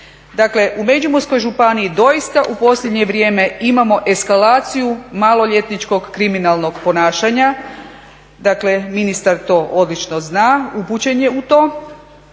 Dakle u Međimurskoj županiji doista u posljednje vrijeme imamo eskalaciju maloljetničkog kriminalnog ponašanja, dakle ministar to odlično zna, upućen je u to